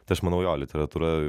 tai aš manau jo literatūra